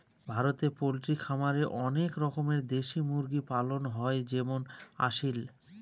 ভারতে পোল্ট্রি খামারে অনেক রকমের দেশি মুরগি পালন হয় যেমন আসিল